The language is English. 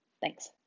Thanks